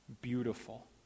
beautiful